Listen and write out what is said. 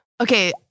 Okay